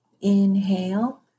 Inhale